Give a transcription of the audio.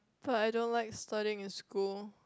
thought I don't like studying in school